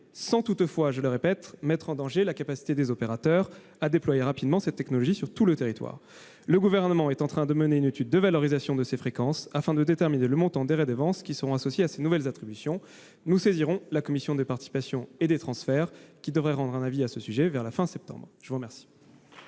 sans toutefois, je le répète, mettre en danger la capacité des opérateurs à déployer rapidement cette technologie sur tout le territoire. Le Gouvernement est en train de mener une étude de valorisation de ces fréquences afin de déterminer le montant des redevances qui seront associées à ces nouvelles attributions. Nous saisirons la Commission des participations et des transferts, qui devrait rendre un avis à ce sujet vers la fin du mois de septembre